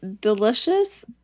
delicious